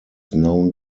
known